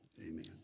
Amen